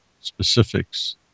specifics